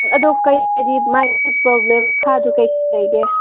ꯑꯗꯨ ꯀꯔꯤ ꯍꯥꯏꯗꯤ ꯃꯥꯒꯤꯗꯨ ꯄ꯭ꯔꯣꯕ꯭ꯂꯦꯝ ꯃꯈꯥꯗꯨ ꯀꯔꯤ ꯀꯔꯤ ꯂꯩꯒꯦ